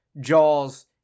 Jaws